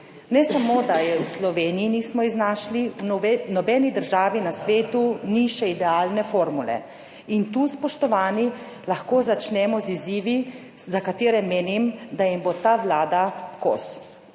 Ne samo, da je v Sloveniji nismo iznašli, v nobeni državi na svetu ni še idealne formule. In tu, spoštovani, lahko začnemo z izzivi, za katere menim, da jim bo ta Vlada kos.